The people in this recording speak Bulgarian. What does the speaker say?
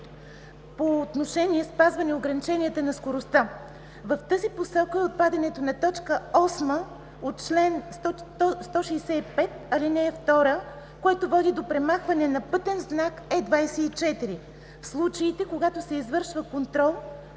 по отношение спазване ограниченията на скоростта. В тази посока е отпадането на т. 8 от чл. 165, ал. 2, което води до премахването на пътен знак Е24, в случаите, когато се извършва контрол